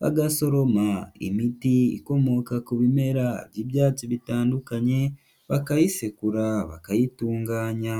bagasoroma imiti ikomoka ku bimera by'ibyatsi bitandukanye, bakayisekura bakayitunganya.